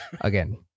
Again